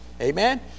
Amen